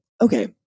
okay